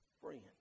Friend